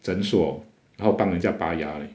诊所然后帮人家拔牙 leh